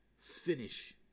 finish